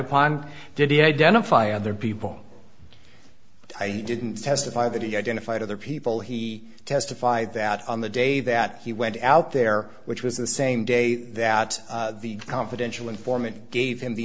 upon did he identify other people i didn't testify that he identified other people he testified that on the day that he went out there which was the same day that the confidential informant gave him the